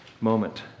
moment